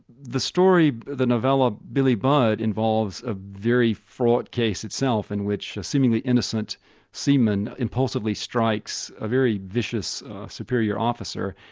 the story, the novella, billy budd involves a very fraught case itself in which a seemingly innocent seaman impulsively strikes a very vicious superior officer,